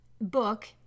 book